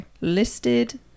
listed